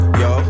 yo